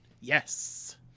yes